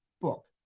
book